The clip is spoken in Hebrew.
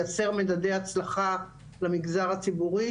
לייצר מדדי הצלחה במגזר הציבורי,